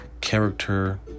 character